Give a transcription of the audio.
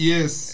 Yes